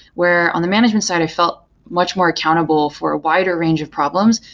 where on the management side, i felt much more accountable for a wider range of problems,